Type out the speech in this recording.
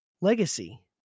legacy